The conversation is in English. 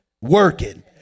working